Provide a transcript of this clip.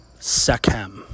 Sekhem